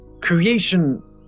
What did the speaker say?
creation